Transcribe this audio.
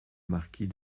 marquis